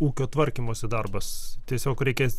ūkio tvarkymosi darbas tiesiog reikės